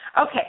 Okay